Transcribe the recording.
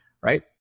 right